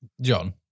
John